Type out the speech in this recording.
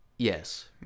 Yes